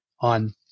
on